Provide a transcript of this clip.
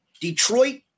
Detroit